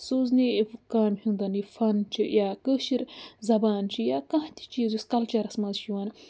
سوٗزنی کامہِ ہُنٛدٮ۪ن یہِ فَن چھِ یا کٲشِر زَبان چھِ یا کانٛہہ تہِ چیٖز یُس کَلچَرَس منٛز چھُ یِوان